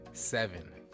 Seven